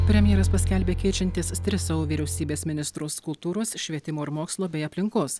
premjeras paskelbė keičiantis tris savo vyriausybės ministrus kultūros švietimo ir mokslo bei aplinkos